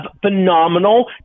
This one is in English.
phenomenal